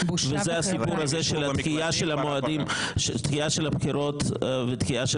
וזה הסיפור הזה של הדחייה של הבחירות ודחייה של